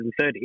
130